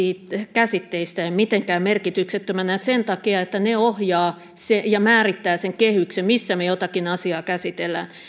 käsitteistä mitenkään merkityksettömänä sen takia että ne ohjaavat ja määrittävät sen kehyksen missä me jotakin asiaa käsitellään